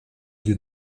lhe